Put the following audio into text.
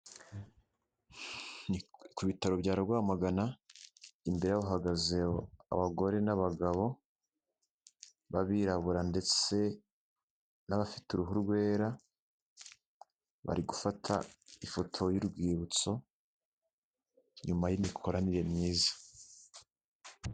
Ku bitaro bya rwamagana imbere hahagazeho abagore n'abagabo b'abirabura, ndetse n'abafite uruhu rwera bari gufata ifoto y'urwibutso nyuma y'imikoranire myiza.